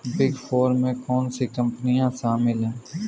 Big four में कौन सी कंपनियाँ शामिल हैं?